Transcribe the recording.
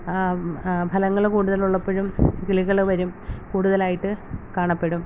ഫലങ്ങൾ കൂടുതലുള്ളപ്പഴും കിളികൾ വരും കൂടുതലായിട്ട് കാണപ്പെടും